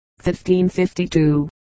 1552